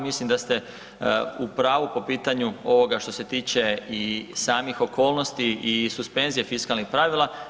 Mislim da ste u pravu po pitanju ovoga što se tiče i samih okolnosti i suspenzije fiskalnih pravila.